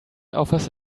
offers